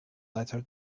latter